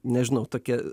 nežinau tokie